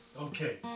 okay